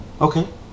Okay